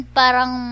parang